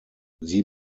sie